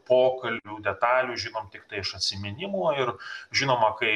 pokalbių detalių žinom tiktai iš atsiminimų ir žinoma kai